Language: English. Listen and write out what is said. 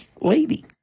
lady